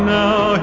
now